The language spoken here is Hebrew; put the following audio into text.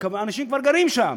כשאנשים כבר גרים שם,